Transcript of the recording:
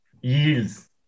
Yields